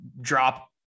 drop